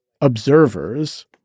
observers